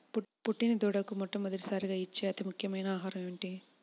పుట్టిన దూడకు మొట్టమొదటిసారిగా ఇచ్చే అతి ముఖ్యమైన ఆహారము ఏంటి?